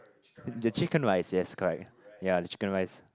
the chicken rice yes correct ya the chicken rice